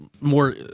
more